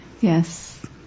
Yes